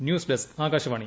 news desk Akashvani